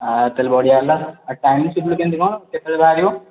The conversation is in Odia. ଆଉ ତାହେଲେ ବଢ଼ିଆ ହେଲା ଆଉ ଟାଇମ୍ ସିଡ଼୍ୟୁଲ୍ କେମିତି କ'ଣ କେତେବେଳେ ବାହାରିବ